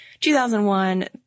2001